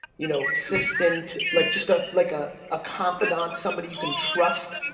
you know assistant, like just ah like ah a confidant, somebody you can trust.